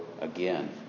again